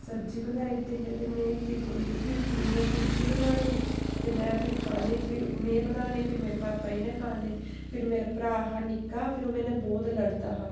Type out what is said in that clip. सब्जी बनाई 'ड़दे हे ते में केह् बोलदे फ्ही उ'नें फुलके बनाने ते में फिर खाने फिर में बनाने फिर मेरे पापा जी ने खाने फिर मेरा भ्रा हा निक्का ते ओह् मेरे नै ब्हौत लड़दा हा